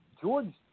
George